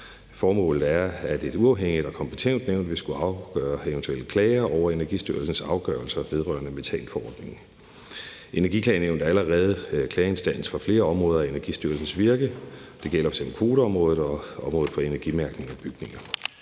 Formålet er, at et uafhængigt og kompetent nævn vil skulle afgøre eventuelle klager over Energistyrelsens afgørelser vedrørende metanforordningen. Energiklagenævnet er allerede klageinstans for flere områder af Energistyrelsens virke. Det gælder f.eks. kvoteområdet og området for energimærkning af bygninger.